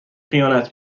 خیانت